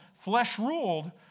flesh-ruled